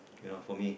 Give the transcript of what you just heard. you know for me